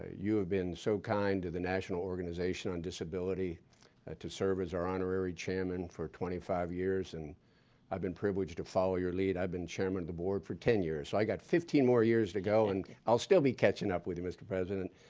you have been so kind to the national organization organization on disability to serve as our honorary chairman for twenty five years and i've been privileged to follow your lead. i've been chairman of the board for ten years. i got fifteen more years to go and i'll still be catching up with you, mr. president,